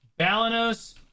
Balanos